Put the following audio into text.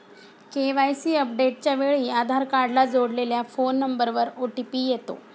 KYC अपडेटच्या वेळी आधार कार्डला जोडलेल्या फोन नंबरवर ओ.टी.पी येतो